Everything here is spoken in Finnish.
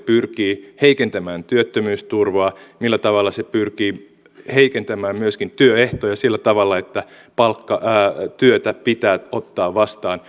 pyrkii heikentämään työttömyysturvaa millä tavalla se pyrkii heikentämään myöskin työehtoja sillä tavalla että palkkatyötä pitää ottaa vastaan